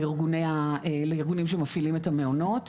לארגונים שמפעילים את המעונות,